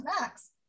max